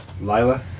Lila